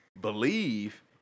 believe